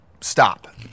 stop